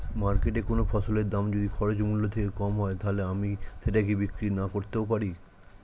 মার্কেটৈ কোন ফসলের দাম যদি খরচ মূল্য থেকে কম হয় তাহলে আমি সেটা কি বিক্রি নাকরতেও পারি?